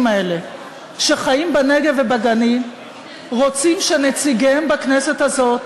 האלה שחיים בנגב ובגליל רוצים שנציגיהם בכנסת הזאת